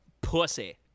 Pussy